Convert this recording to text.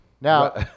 Now